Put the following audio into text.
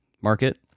market